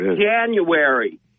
January